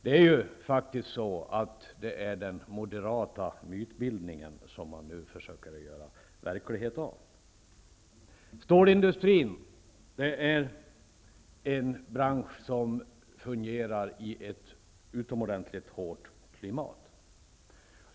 Det är ju den moderata mytbildningen som man nu försöker göra verklighet av. Stålindustrin är en bransch som fungerar i ett utomordentligt hårt klimat.